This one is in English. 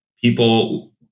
people